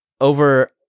over